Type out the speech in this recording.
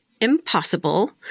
impossible